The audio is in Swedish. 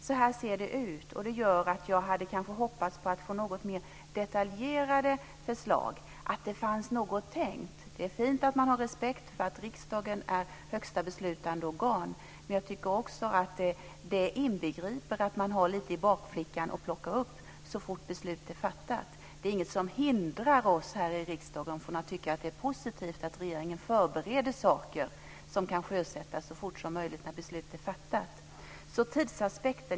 Så här ser det ut, och det gör att jag kanske hade hoppats att få något mer detaljerade förslag - att det fanns något tänkt. Det är fint att man har respekt för att riksdagen är högsta beslutande organ, men jag tycker också att det inbegriper att man har lite i bakfickan att plocka upp så fort beslut är fattat. Det är inget som hindrar oss här i riksdagen från att tycka att det är positivt att regeringen förbereder saker som kan sjösättas så fort som möjligt när beslut är fattat.